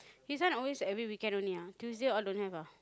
his one always every weekend only ah Tuesday all don't have ah